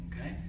okay